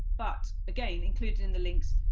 but again, included in the links,